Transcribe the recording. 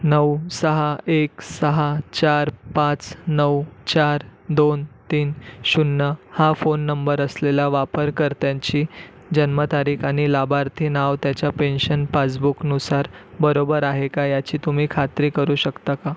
नऊ सहा एक सहा चार पाच नऊ चार दोन तीन शून्य हा फोन नंबर असलेल्या वापरकर्त्यांची जन्मतारीख आणि लाभार्थी नाव त्याच्या पेन्शन पासबुकनुसार बरोबर आहे का याची तुम्ही खात्री करू शकता का